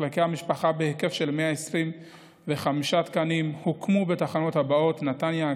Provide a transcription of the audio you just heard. מחלקי המשפחה בהיקף של 125 תקנים הוקמו בתחנות הבאות: נתניה,